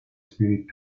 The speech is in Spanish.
spirit